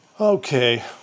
okay